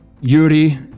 Yuri